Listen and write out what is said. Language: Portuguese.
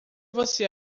você